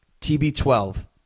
TB12